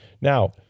Now